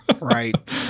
Right